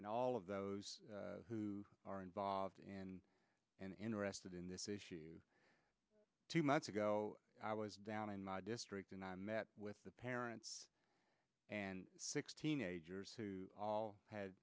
and all of those who are involved and interested in this issue two months ago i was down in my district and i met with the parents and sixteen agers who all had